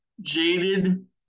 jaded